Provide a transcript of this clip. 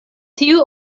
tiu